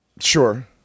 sure